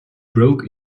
broke